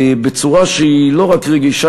בצורה שהיא לא רק רגישה,